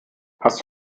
hast